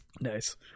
Nice